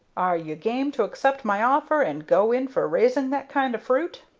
are you game to accept my offer and go in for raising that kind of fruit?